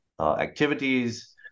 activities